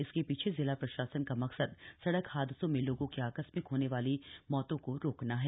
इसके शीछे जिला प्रशासन का मकसद सड़क हादसों में लोगों की आकस्मिक होने वाली मौतों को रोकना है